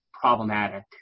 problematic